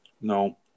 No